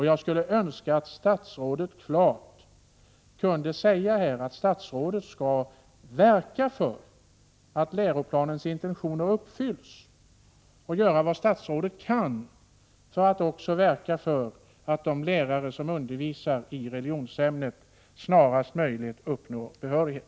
Jag skulle önska att statsrådet klart kunde säga att statsrådet skall verka för att läroplanens intentioner uppfylls och göra vad statsrådet kan för att de lärare som undervisar i religionsämnet snarast möjligt uppnår behörighet.